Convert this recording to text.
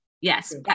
yes